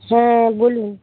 হ্যাঁ বলুন